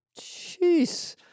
Jeez